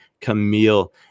Camille